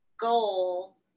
goal